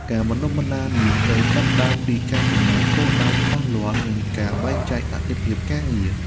ការបណ្តុះបណ្តាលនេះត្រូវចាប់ផ្តើមពីការកំណត់គោលដៅច្បាស់លាស់និងការបែងចែកអាទិភាពការងារ។